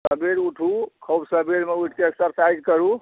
सबेरे उठू खूब सबेरमे उठिके एक्सरसाइज करू